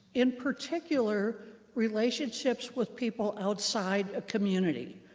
in particular relationships with people outside a community.